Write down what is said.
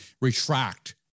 retract